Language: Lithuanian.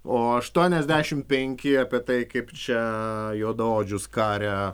o aštuoniasdešim penki apie tai kaip čia juodaodžius karia